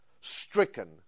stricken